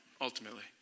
ultimately